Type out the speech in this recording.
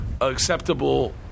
acceptable